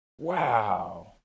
Wow